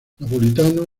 napolitano